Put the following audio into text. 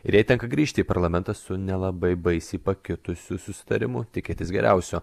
ir jai tenka grįžti į parlamentą su nelabai baisiai pakitusiu susitarimu tikėtis geriausio